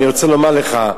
אני רוצה לומר לך,